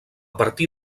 partir